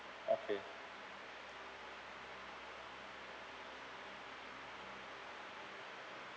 okay